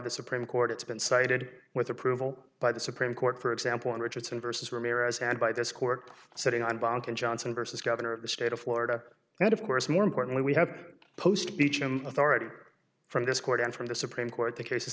the supreme court it's been cited with approval by the supreme court for example richardson versus ramirez and by this court sitting on bonk and johnson versus governor of the state of florida and of course more importantly we have post beecham authority from this court and from the supreme court the cases